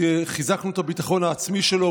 חיזקנו את הביטחון העצמי שלו.